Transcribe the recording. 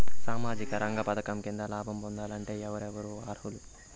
సామాజిక రంగ పథకం కింద లాభం పొందాలంటే ఎవరెవరు అర్హులు?